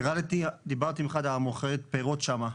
ירדתי ודיברתי עם אחת המוכרות פירות שם,